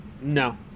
No